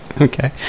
Okay